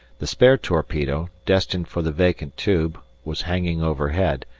the spare torpedo, destined for the vacant tube, was hanging overhead,